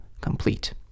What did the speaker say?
complete